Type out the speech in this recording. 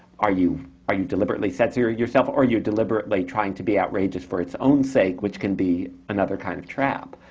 are you are you deliberately censoring yourself, or are you deliberately trying to be outrageous for its own sake, which can be another kind of trap?